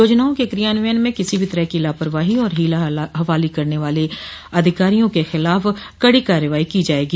योजनाओं के क्रियान्वयन में किसी भी तरह की लापरवाही और हीला हवाली करने वाले अधिकारियों के खिलाफ कड़ी कार्रवाई की जायेगी